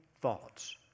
thoughts